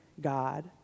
God